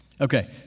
Okay